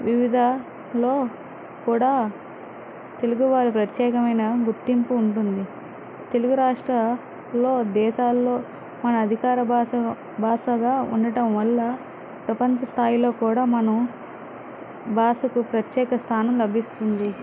వివిధ లో కూడా తెలుగు వారి ప్రత్యేకమైన గుర్తింపు ఉంటుంది తెలుగు రాష్ట్రం లో దేశాల్లో మన అధికార భాషను భాషగా ఉండటం వల్ల ప్రపంచస్థాయిలో కూడా మనం భాషకు ప్రత్యేకస్థానం లభిస్తుంది